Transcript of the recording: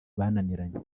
bananiranye